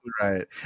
Right